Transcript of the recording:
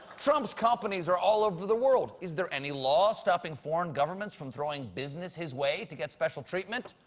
trump's companies are all over the world. is there any law stopping foreign governments from throwing business his way to get special treatment,